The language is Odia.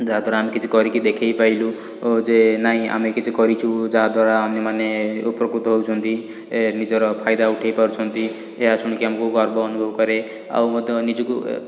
ଯାହାଦ୍ୱାରା ଆମେ କିଛି କରିକି ଦେଖେଇ ପାରିଲୁ ଯେ ନାହିଁ ଆମେ କିଛି କରିଛୁ ଯାହା ଦ୍ୱାରା ଅନ୍ୟମାନେ ଉପକୃତ ହେଉଛନ୍ତି ଏ ନିଜର ଫାଇଦା ଉଠେଇ ପାରୁଛନ୍ତି ଏହା ଶୁଣିକି ଆମକୁ ଗର୍ବ ଅନୁଭବ କରେ ଆଉ ମଧ୍ୟ ନିଜକୁ